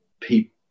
people